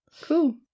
Cool